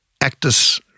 Actus